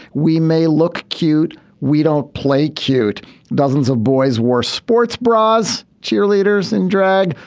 we may look cute. we don't play cute dozens of boys wore sports bras cheerleaders in drag.